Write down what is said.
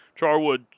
Charwood